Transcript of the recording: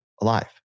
alive